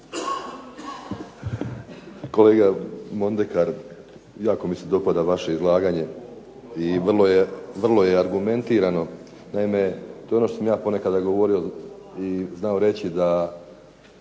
Kolega Mondekar, jako mi se dopada vaše izlaganje i vrlo je argumentirano. Naime to je ono što sam ja ponekada govorio i znao reći da